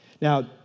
Now